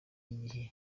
igihe